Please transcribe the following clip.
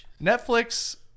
Netflix